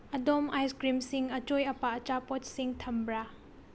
ꯑꯗꯣꯝ ꯑꯥꯏꯁ ꯀ꯭ꯔꯤꯝꯁꯤꯡ ꯑꯆꯣꯏ ꯑꯄꯥ ꯑꯆꯥꯄꯣꯠꯁꯤꯡ ꯊꯝꯕ꯭ꯔꯥ